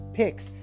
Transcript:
picks